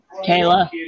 Kayla